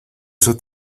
eso